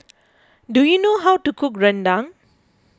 do you know how to cook Rendang